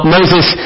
Moses